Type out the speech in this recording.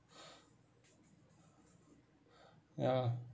ya